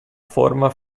forma